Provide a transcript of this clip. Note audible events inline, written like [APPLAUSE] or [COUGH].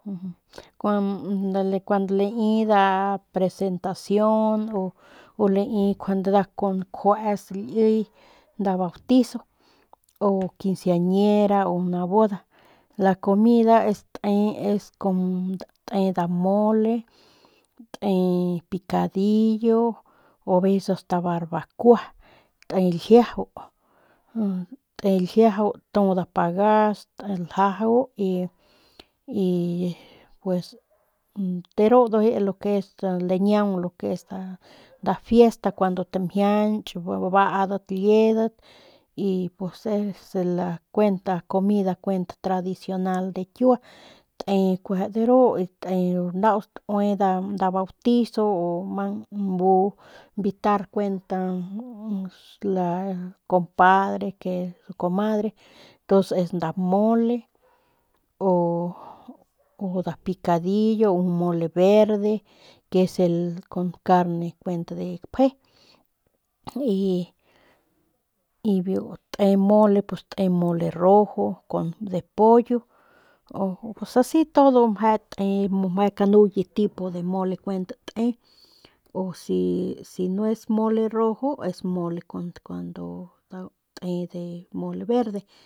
Cuando lai nda presentacion o lai kjuande nda kjueets nda liy nda bautizo o quinceañera o una boda la comida es como te nda mole te nda picadillo o aveces asta barbacoa te ljiajau [HESITATION] te ljiajau ntu nda pagas ljajau y y pues de ru ndujuy lo que es lañiaung lo que es nda fiesta cuando tamjianch baadat liedat y pues esa es la kuent nda comida kuent tradicional de kiua te kueje de ru y te y nau staue nda bautizo u mang nmu invitar kuent la su compadre su comadre ntuns es nda mole o nda picadillo o un mole verde que es el con carne kuent de gapjey y y biu tep mole pues te mole rojo con de pollo o asi todo meje te meje kanuye tipo de mole kuent te o si no es mole rojo o es mole kun te de de mole verde.